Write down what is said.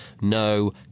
no